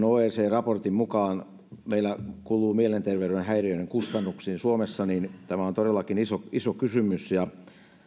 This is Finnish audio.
oecdn raportin mukaan meillä kuluu yksitoista miljardia mielenterveyden häiriöiden kustannuksiin suomessa tämä on todellakin iso iso kysymys keskustelua